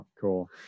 cool